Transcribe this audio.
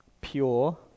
pure